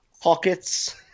pockets